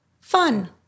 fun